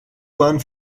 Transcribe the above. bahn